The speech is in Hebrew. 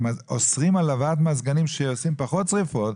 אוסרים על הבאת מזגנים שעושים פחות שריפות,